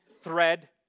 thread